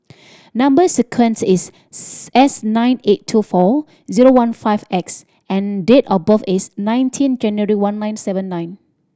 number sequence is S nine eight two four zero one five X and date of birth is nineteen January one nine seven nine